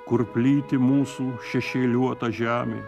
kur plyti mūsų šešėliuota žemė